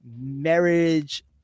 marriage